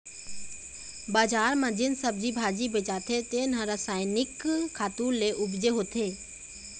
बजार म जेन सब्जी भाजी बेचाथे तेन ह रसायनिक खातू ले उपजे होथे